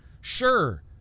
Sure